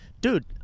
Dude